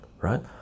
right